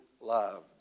loved